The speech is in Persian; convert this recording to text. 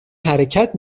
حرکت